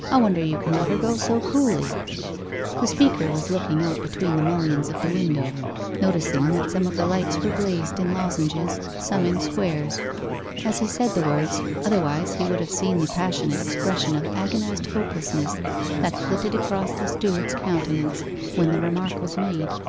i wonder you can let her go so coolly the speaker was looking out between the mullions of the window noticing that some of the lights were glazed in lozenges, some in squares as he said the words, otherwise he would have seen the passionate expression of agonized hopelessness that flitted across the steward's countenance when the remark was made.